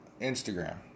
Instagram